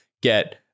get